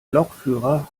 lokführer